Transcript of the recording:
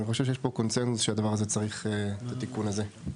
אני חושב שיש פה קונצנזוס שצריך לתקן את הדבר הזה.